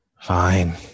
Fine